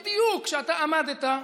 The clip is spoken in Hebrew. כשאתה עמדת,